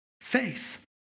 faith